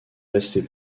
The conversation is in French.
resté